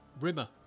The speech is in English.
Rimmer